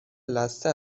لثه